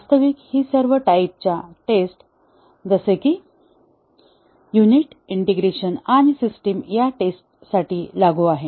वास्तविक हि सर्व टाईपच्या टेस्ट जसे की युनिट इंटिग्रेशन आणि सिस्टम या टेस्टसाठी लागू आहे